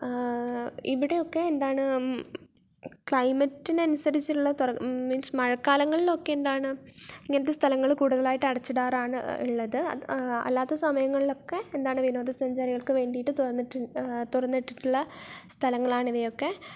ഇവിടെ ഒക്കെ എന്താണ് ക്ലൈമറ്റിനനുസരിച്ചുള്ള തൊറ മീൻസ് മഴക്കാലങ്ങളിൽ ഒക്കെ എന്താണ് ഇങ്ങനത്തെ സ്ഥലങ്ങള് കൂടുതലായിട്ട് അടച്ചിടാറാണ് ഉള്ളത് അല്ലാത്ത സമയങ്ങളിലൊക്കെ എന്താണ് വിനോദ സഞ്ചാരികൾക്കു വേണ്ടിയിട്ട് തുറന്ന് തുറന്നിട്ടുള്ള സ്ഥലങ്ങളാണ് ഇവയൊക്കെ